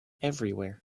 everywhere